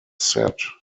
set